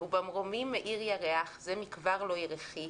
ובמרומים מאיר ירח, זה מכבר לא-ירחי.